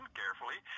carefully